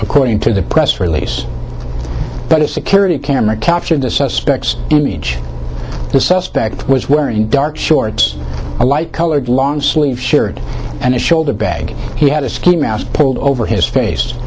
according to the press release that a security camera captured the suspects image the suspect was wearing dark shorts a light colored long sleeved shirt and a shoulder bag he had a ski mask pulled over his face